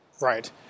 Right